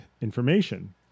information